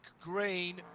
green